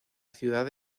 ciudad